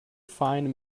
find